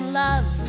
love